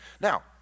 Now